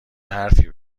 حرفی